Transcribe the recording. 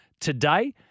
today